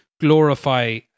glorify